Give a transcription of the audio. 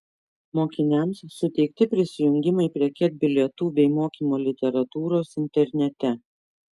mokiniams suteikti prisijungimai prie ket bilietų bei mokymo literatūros internete